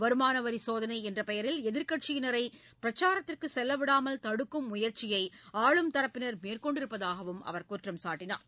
வருமானவரி சோதனை என்ற பெயரில் எதிர்க்கட்சியினரை பிரச்சாரத்திற்கு செல்ல விடாமல் தடுக்கும் முயற்சியை ஆளும் தரப்பினர் மேற்கொண்டிருப்பதாகவும் அவர் குற்றம் சாட்டினார்